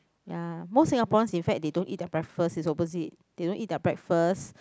ya most Singaporean in fact they don't eat their breakfast is opposite they don't eat their breakfast